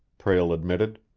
prale admitted.